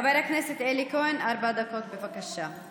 חבר הכנסת אלי כהן, ארבע דקות, בבקשה.